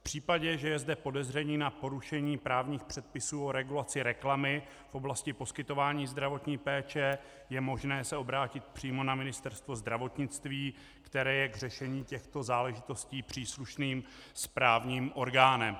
V případě, že je zde podezření na porušení právních předpisů o regulaci reklamy v oblasti poskytování zdravotní péče, je možné se obrátit přímo na Ministerstvo zdravotnictví, které je k řešení těchto záležitostí příslušným správním orgánem.